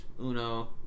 uno